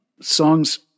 songs